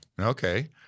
Okay